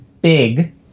big